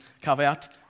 caveat